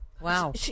wow